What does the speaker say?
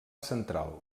central